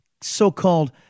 so-called